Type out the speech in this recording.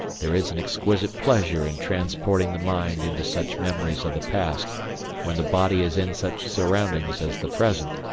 there is an exquisite pleasure in transporting the mind into such memories of the past when the body is in such surroundings as the present,